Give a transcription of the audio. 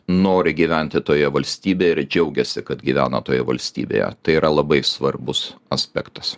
nori gyventi toje valstybėje ir džiaugiasi kad gyvena toje valstybėje tai yra labai svarbus aspektas